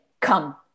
Come